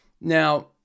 Now